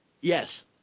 Yes